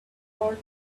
world